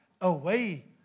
away